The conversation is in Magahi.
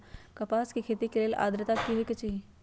कपास के खेती के लेल अद्रता की होए के चहिऐई?